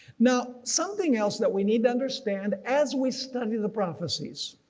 now something else that we need to understand as we studied the prophecies.